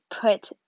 put